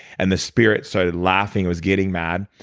and the spirit started laughing. it was getting mad.